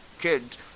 kids